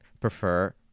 prefer